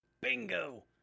Bingo